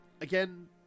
again